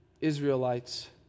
Israelites